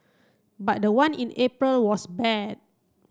but the one in April was bad